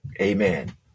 Amen